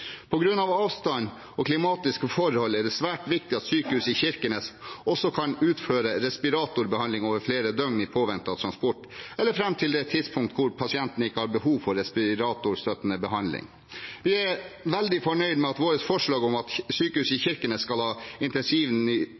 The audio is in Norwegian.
avstand og klimatiske forhold er det svært viktig at sykehuset i Kirkenes også kan utføre respiratorbehandling over flere døgn i påvente av transport eller fram til det tidspunkt hvor pasienten ikke har behov for respiratorstøttende behandling. Vi er veldig fornøyd med at vårt forslag om at sykehuset i Kirkenes skal ha intensivvirksomhet på nivå 2 får flertall i